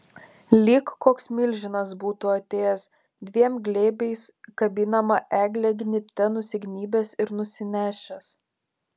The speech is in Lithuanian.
lyg koks milžinas būtų atėjęs dviem glėbiais kabinamą eglę gnybte nusignybęs ir nusinešęs